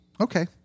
Okay